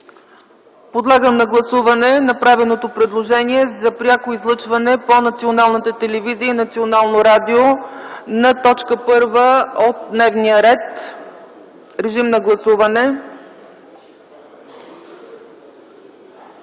Подлагам на гласуване направеното предложение за пряко излъчване по Националната телевизия и Националното радио на т. 1 от дневния ред. Гласували